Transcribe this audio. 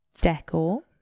Decor